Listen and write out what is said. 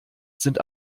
sind